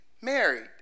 married